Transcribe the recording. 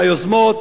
מהיוזמות,